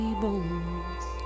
bones